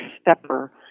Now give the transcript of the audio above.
stepper